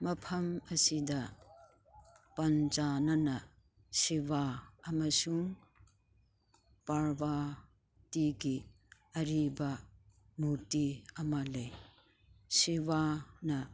ꯃꯐꯝ ꯑꯁꯤꯗ ꯄꯟꯖꯥꯅꯅ ꯁꯤꯕꯥ ꯑꯃꯁꯨꯡ ꯄꯥꯔꯕꯇꯤꯒꯤ ꯑꯔꯤꯕ ꯃꯨꯔꯇꯤ ꯑꯃ ꯂꯩ ꯁꯤꯕꯥꯅ